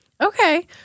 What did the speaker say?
Okay